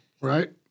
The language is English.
Right